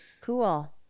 Cool